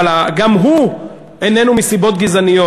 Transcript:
אבל גם הוא אינו מסיבות גזעניות.